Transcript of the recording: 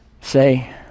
say